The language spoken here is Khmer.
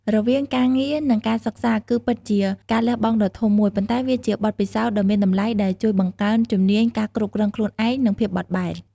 រវាងការងារ និងការសិក្សាគឺពិតជាការលះបង់ដ៏ធំមួយ ប៉ុន្តែវាជាបទពិសោធន៍ដ៏មានតម្លៃដែលជួយបង្កើនជំនាញការគ្រប់គ្រងខ្លួនឯង និងភាពបត់បែន។